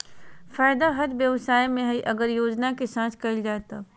फायदा हर व्यवसाय में हइ अगर योजना के साथ कइल जाय तब